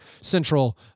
central